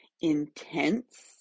intense